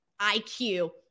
IQ